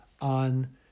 on